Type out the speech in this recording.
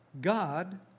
God